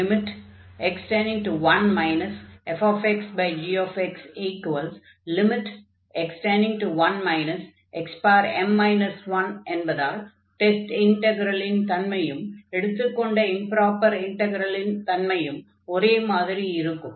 x→1 fxgx→1 xm 1 என்பதால் test இன்டக்ரலின் தன்மையும் எடுத்துக்கொண்ட இம்ப்ராப்பர் இன்டக்ரலின் தன்மையும் ஒரே மாதிரி இருக்கும்